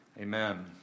Amen